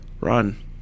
Run